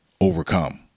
overcome